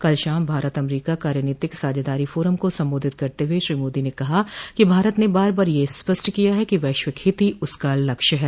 कल शाम भारत अमरीका कार्यनीतिक साझेदारी फोरम को संबोधित करते हुए श्री मोदी न कहा कि भारत ने बार बार यह स्पष्ट किया है कि वैश्विक हित ही उसका लक्ष्य है